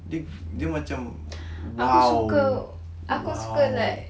dia dia macam !wow! !wow!